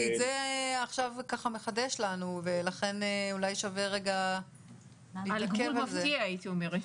כי זה עכשיו ככה מחדש לנו ולכן אולי שווה רגע להתעכב על זה.